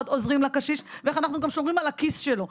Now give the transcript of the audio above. עוזרים לקשיש ואיך אנחנו גם שומרים על הכיס שלו.